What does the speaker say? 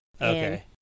Okay